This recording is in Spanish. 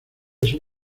son